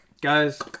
Guys